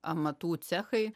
amatų cechai